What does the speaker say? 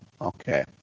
Okay